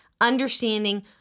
understanding